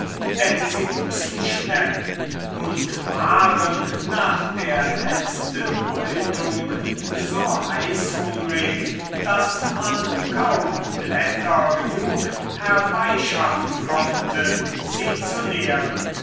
denn sie wuchsen schnell und waren nach der letzten häutung so heißhungrig daß man kaum blätter genug herbeischaffen konnte sie zu nähren